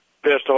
Pistol